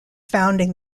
founding